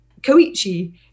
Koichi